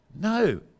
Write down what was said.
no